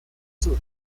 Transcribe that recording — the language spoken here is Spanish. sur